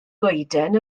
goeden